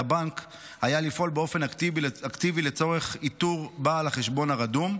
הבנק היה לפעול באופן אקטיבי לצורך איתור בעל החשבון הרדום,